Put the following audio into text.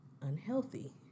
unhealthy